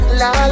la